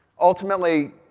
ultimately,